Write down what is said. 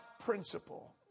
principle